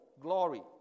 glory